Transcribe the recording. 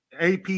AP